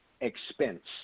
expense